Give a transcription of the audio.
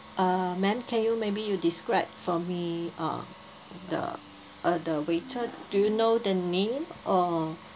uh ma'am can you maybe you describe for me uh the uh the waiter do you know the name or